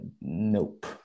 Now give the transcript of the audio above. nope